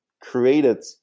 created